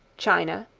china,